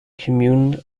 commune